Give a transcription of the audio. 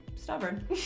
stubborn